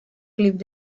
clip